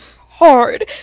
Hard